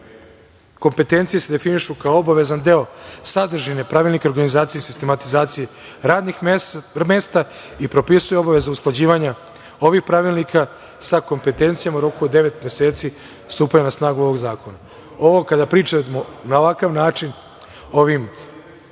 kompetencije se definišu kao obavezan deo sadržine Pravilnika o organizaciji i sistematizaciji radnih mesta i propisuje obaveze usklađivanja ovih pravilnika sa kompetencijama u roku od devet meseci od stupanja na snagu ovog zakona. Kada pričamo na ovakav način ovim